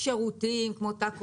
שירותים כמו תא קולי,